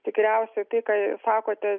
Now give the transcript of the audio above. tikriausiai tai ką sakote